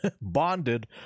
bonded